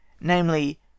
namely